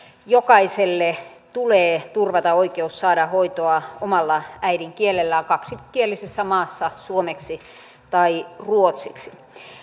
jokaiselle tulee turvata oikeus saada hoitoa omalla äidinkielellään kaksikielisessä maassa suomeksi tai ruotsiksi